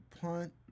punt